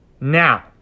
Now